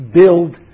build